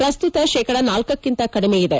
ಪ್ರಸ್ತುತ ಶೇಕಡ ಳಕ್ಕಿಂತ ಕಡಿಮೆ ಇದೆ